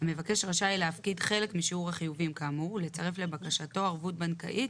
המבקש רשאי להפקיד חלק משיעור החיובים כאמור ולצרף לבקשתו ערבות בנקאית